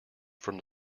from